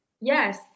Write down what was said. yes